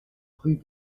rue